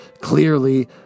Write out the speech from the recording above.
Clearly